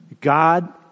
God